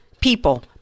people